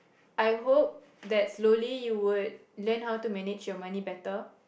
I hope that slowly you would learn how to manage your money better